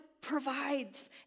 provides